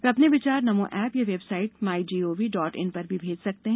वे अपने विचार नमो एप या website my gov dot in पर भी भेज सकते हैं